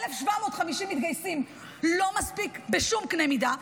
1,750 מתגייסים לא מספיקים בשום קנה מידה.